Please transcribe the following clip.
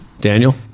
Daniel